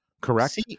correct